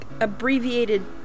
abbreviated